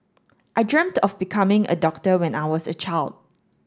I dreamt of becoming a doctor when I was a child